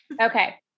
Okay